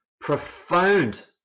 profound